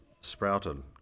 sprouted